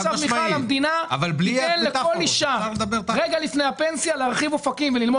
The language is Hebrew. עכשיו המדינה תאפשר אישה רגע לפני הפנסיה להרחיב אופקים וללמוד